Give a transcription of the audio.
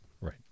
Right